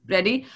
Ready